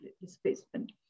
displacement